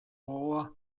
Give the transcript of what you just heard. gogoa